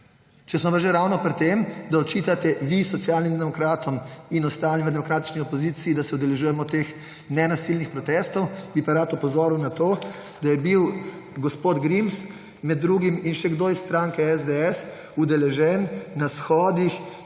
Če smo pa že ravno pri tem, da očitate vi Socialnim demokratom in ostalim v demokratični opoziciji, da se udeležujemo teh nenasilnih protestov, bi pa rad opozoril na to, da je bil gospod Grims med drugim in še kdo iz stranke SDS udeležen na shodih